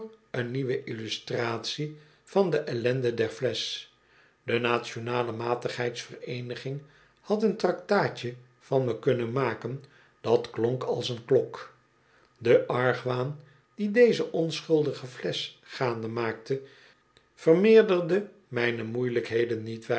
oen nieuwe illustratie van de ellenden der flesch de nationale matigheids vereeniging had een traktaatje van me kunnen maken dat klonk als een klok de argwaan dien deze onschuldige flesch gaande maakte vermeerderde mijne moeielijkheden niet